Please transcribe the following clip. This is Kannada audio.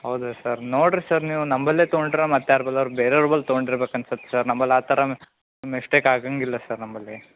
ಹೌದಾ ಸರ್ ನೋಡಿರಿ ಸರ್ ನೀವು ನಮ್ಮಲ್ಲೆ ತೊಗೊಂಡ್ರ ಮತ್ಯಾರ ಬಲ್ಲಾರ್ ಬೇರೆಯವ್ರ ಬಲ್ ತೊಗೊಂಡಿರ್ಬೇಕು ಅನ್ಸತ್ತೆ ಸರ್ ನಮ್ಮಲ್ಲಿ ಆ ಥರ ಮಿಸ್ಟೇಕ್ ಆಗೋಂಗಿಲ್ಲ ಸರ್ ನಮ್ಮಲ್ಲಿ